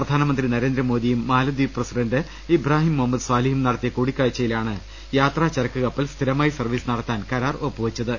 പ്രധാനമന്ത്രി നരേന്ദ്ര മോദിയും മാലദ്വീപ് പ്രസിഡന്റ് ഇബ്രാഹിം മുഹമ്മദ് സ്വാലിഹും നടത്തിയ കൂടിക്കാഴ്ചയിലാണ് യാത്രാ ചരക്ക് കപ്പൽ സ്ഥിരമായി സർവ്വീസ് നടത്താൻ കരാർ ഒപ്പുവെച്ചത്